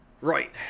Right